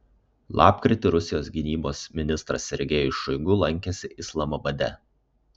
lapkritį rusijos gynybos ministras sergejus šoigu lankėsi islamabade